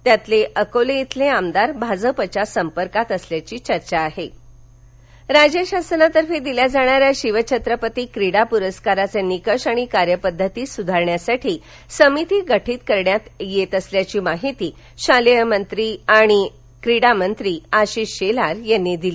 त्यातले अकोले इथले आमदार भाजपच्या संपर्कात असल्याची चर्चा आहे शिवछत्रपती क्रीडा परस्कार राज्य शासनातर्फे दिल्या जाणाऱ्या शिवछत्रपती क्रीडा प्रस्कारांचे निकष आणि कार्यपद्धती सुधारण्यासाठी समिती गठित करण्यात येत असल्याची माहिती शालेय शिक्षण आणि क्रीडामंत्री आशिष शेलार यांनी दिली